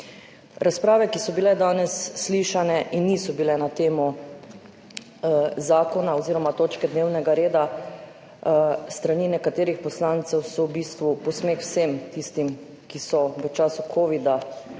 Razprave, ki so bile danes slišane in niso bile na temo zakona oziroma točke dnevnega reda s strani nekaterih poslancev, so v bistvu v posmeh vsem tistim, ki so v času covida